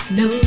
no